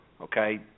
okay